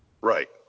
Right